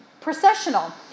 processional